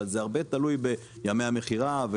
אבל זה הרבה תלוי בימי המכירה.